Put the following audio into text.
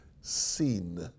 seen